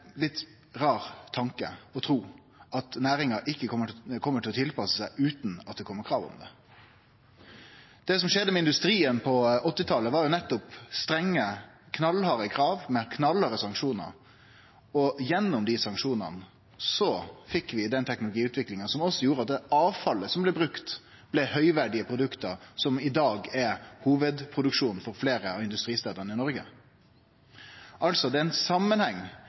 litt rar tanke å tru at næringa kjem til å tilpasse seg utan at det kjem krav om det. Det som skjedde med industrien på 1980-talet, var jo nettopp at dei fekk strenge, knallharde krav med knallharde sanksjonar. Gjennom dei sanksjonane fekk vi den teknologiutviklinga som gjorde at også avfallet blei høgverdige produkt som i dag er hovudproduksjonen på fleire av industristadene i Noreg. Det er altså ein samanheng